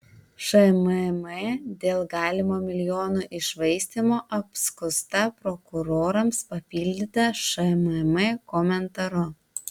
šmm dėl galimo milijonų iššvaistymo apskųsta prokurorams papildyta šmm komentaru